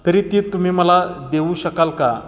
तरी ती तुम्ही मला देऊ शकाल का